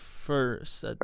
first